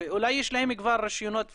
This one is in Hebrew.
אולי יש להם כבר רישיונות וכו'.